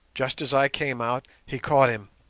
just as i came out he caught him,